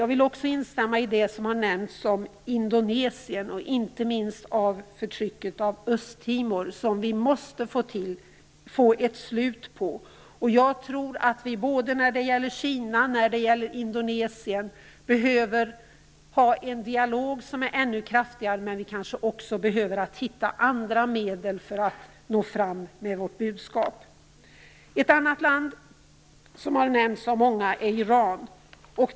Jag vill också instämma i det som har nämnts om Indonesien, inte minst om förtrycket av Östtimor, som vi måste få ett slut på. Jag tror att vi både när det gäller Kina och när det gäller Indonesien behöver ha en dialog som är ännu kraftigare, men vi kanske också behöver hitta andra medel för att nå fram med vårt budskap. Ett annat land som har nämnts av många är Iran.